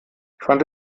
fand